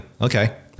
okay